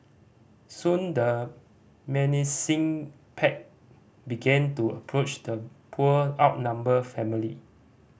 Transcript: soon the menacing pack began to approach the poor outnumbered family